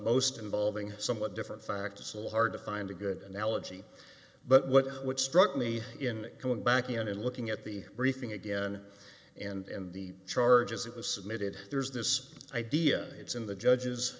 most involving somewhat different facts a lot hard to find a good analogy but what what struck me in coming back and in looking at the briefing again and the charges it was submitted there's this idea it's in the judge